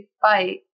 fight